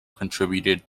contributed